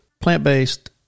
plant-based